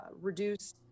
reduce